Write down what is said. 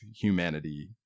humanity